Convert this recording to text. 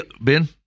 Ben